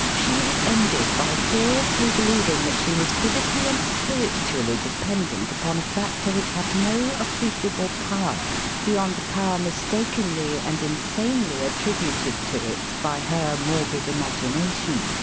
she had ended by seriously believing that she was phys ically and spiritually dependent upon a factor which had no appreciable power beyond the power mistakenly and insanely attributed to it by her morbid imagination.